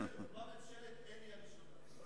ממשלת עיני הראשונה.